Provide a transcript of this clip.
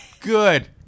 good